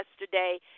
yesterday